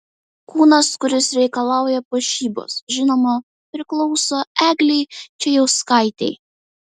kūnas kuris reikalauja puošybos žinoma priklauso eglei čėjauskaitei